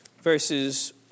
verses